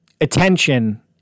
attention